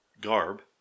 garb